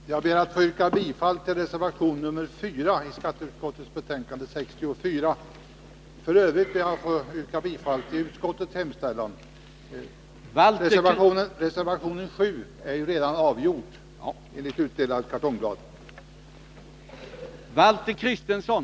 Herr talman! Jag ber att få yrka bifall till reservation 4 i skatteutskottets betänkande 64. I övrigt ber jag att få yrka bifall till utskottets hemställan.